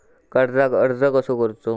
कर्जाक अर्ज कसो करूचो?